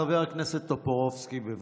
חבר הכנסת טופורובסקי, בבקשה.